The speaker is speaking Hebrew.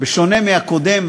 בשונה מהקודם,